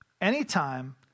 Anytime